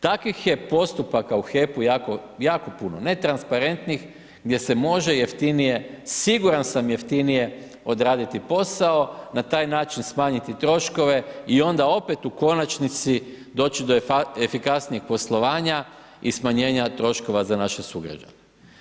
Takvih je postupaka u HEP-u jako puno, netransparentnih, gdje se može jeftinije, siguran sam, jeftinije odraditi posao, na taj način smanjiti troškove i onda opet u konačnici doći efikasnijeg poslovanja i smanjenja troškova za naše sugrađane.